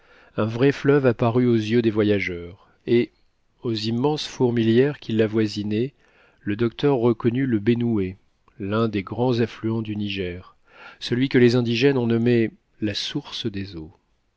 un vrai fleuve apparut aux yeux des voyageurs et aux immenses fourmilières qui l'avoisinaient le docteur reconnut le bénoué l'un des grands affluents du niger celui que les indigènes ont nommé la source des eaux